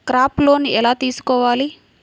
Crop loan ఎలా తీసుకోవాలి?